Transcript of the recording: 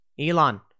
Elon